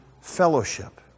Fellowship